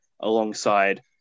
alongside